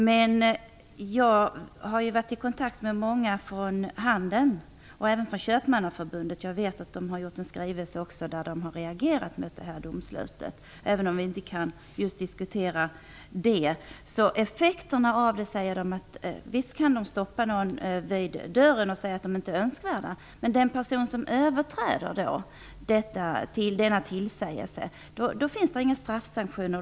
Men jag har varit i kontakt med många från handeln och även från Köpmannaförbundet. Jag vet att de har skickat en skrivelse där de har reagerat mot det här domslutet, även om vi inte kan diskutera just det. När det gäller effekterna säger de att visst kan de stoppa någon vid dörren och säga att personen inte är önskvärd, men när det gäller en person som överträder denna tillsägelse finns det inga straffsanktioner.